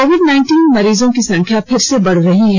Covid मरीजों की संख्या फिर से बढ़ रही है